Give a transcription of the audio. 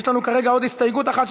יש לנו כרגע עוד הסתייגות אחת,